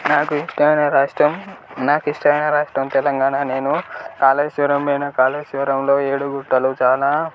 నాకు ఇష్టమైన రాష్ట్రం నాకు ఇష్టమైన రాష్ట్రం తెలంగాణ నేను కాళేశ్వరం పోయాను కాళేశ్వరంలో ఏడు గుట్టలు చాలా